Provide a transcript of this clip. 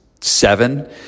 seven